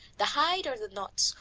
the hide or the knots,